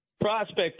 Prospect